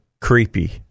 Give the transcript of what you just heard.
creepy